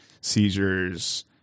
seizures